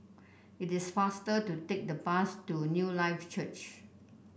it is faster to take the bus to Newlife Church